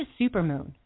supermoon